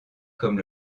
comme